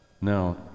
Now